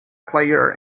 player